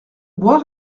bois